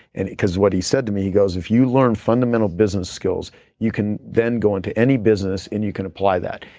and because what he said to me, he goes, if you learn fundamental business skills you can then go into any business and you can apply that.